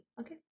Okay